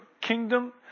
kingdom